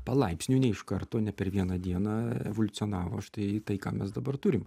palaipsniui ne iš karto ne per vieną dieną evoliucionavo štai tai ką mes dabar turim